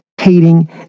hating